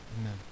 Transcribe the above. Amen